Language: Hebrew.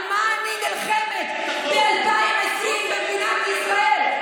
על מה אני נלחמת ב-2020 במדינת ישראל?